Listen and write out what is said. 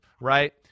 right